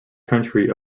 country